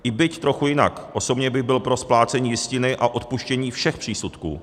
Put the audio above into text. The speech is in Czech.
I byť trochu jinak, osobně bych byl pro splácení jistiny a odpuštění všech přísudků.